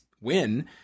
win